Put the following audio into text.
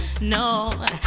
No